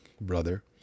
brother